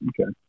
Okay